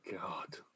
God